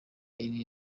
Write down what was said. izi